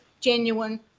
genuine